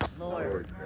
Lord